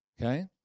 Okay